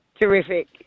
Terrific